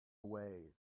away